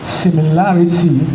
similarity